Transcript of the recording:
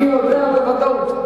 אני יודע בוודאות.